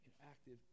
active